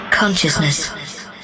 Consciousness